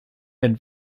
and